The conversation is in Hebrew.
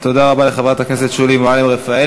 תודה רבה לחברת הכנסת שולי מועלם-רפאלי.